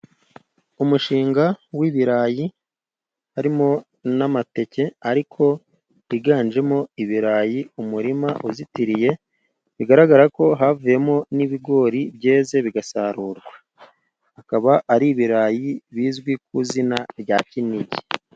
Umushinga w'ibirayi harimo n'amateke ariko byiganjemo ibirayi, umurima uzitiriye bigaragara ko havuyemo n'ibigori byeze bigasarurwa. Bikaba ari ibirayi bizwi ku izina rya Kiniki.